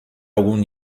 algum